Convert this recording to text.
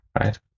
right